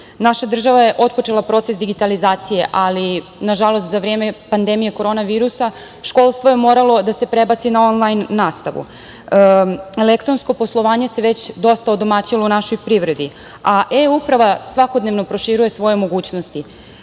Naša država je otpočela proces digitalizacije, ali nažalost za vreme pandemije korona virusa školstvo je moralo da se prebaci na on lajn nastavu. Elektronsko poslovanje se već dosta odomaćilo u našoj privredi, a e-Uprava svakodnevno proširuje svoje mogućnosti. Danas